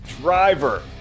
driver